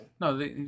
No